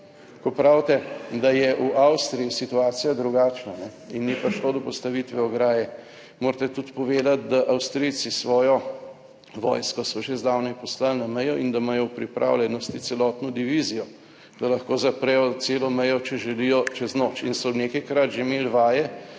Ko pravite, da je v Avstriji situacija drugačna in ni prišlo do postavitve ograje, morate tudi povedati, da Avstrijci svojo vojsko so že zdavnaj poslali na mejo in da imajo v pripravljenosti celotno divizijo, da lahko zaprejo celo mejo, če želijo čez noč in so nekajkrat že imeli vaje,